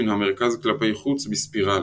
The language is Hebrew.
מן המרכז כלפי חוץ בספירלה,